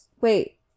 wait